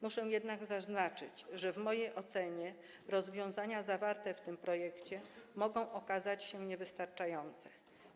Muszę jednak zaznaczyć, że w mojej ocenie rozwiązania zawarte w tym projekcie mogą okazać się niewystarczające.